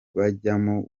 bajyamo